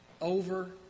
over